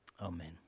Amen